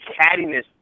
cattiness